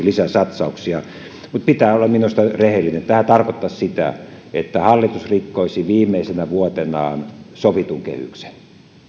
lisäsatsauksia mutta pitää olla minusta rehellinen tämä tarkoittaisi sitä että hallitus rikkoisi viimeisenä vuotenaan sovitun kehyksen